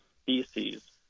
species